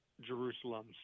Jerusalem